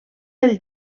del